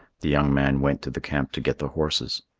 the young man went to the camp to get the horses.